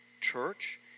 church